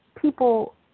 people